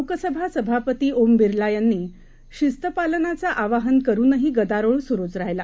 लोकसभासभापतीओमबिर्लायांनीशिस्तपालनाचंआवाहनकरूनहीगदारोळसुरुचराहिला